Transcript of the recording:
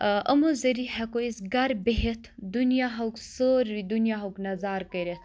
یِمو ذٔریعہِ ہؠکو أسۍ گَرِ بِہِتھ دُنیاہُک سورُے دُنیاہُک نَظارٕ کٔرِتھ